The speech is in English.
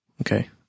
Okay